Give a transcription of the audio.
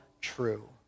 true